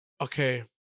Okay